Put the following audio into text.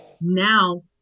now